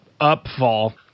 Upfall